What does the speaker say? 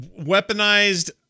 weaponized